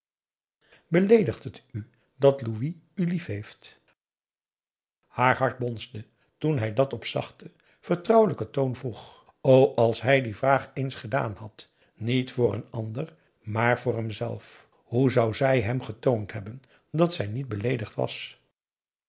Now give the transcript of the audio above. beleedigt het u dat louis u liefheeft haar hart bonsde toen hij dat op zachten vertroup a daum hoe hij raad van indië werd onder ps maurits welijken toon vroeg o als hij die vraag eens gedaan had niet voor een ander maar voor hemzelf hoe zou zij hem getoond hebben dat zij niet beleedigd was